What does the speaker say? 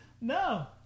No